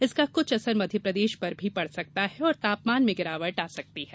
इसका कुछ असर मध्यप्रदेश पर भी पड़ सकता है और तापमान में गिरावट आ सकती है